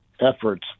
efforts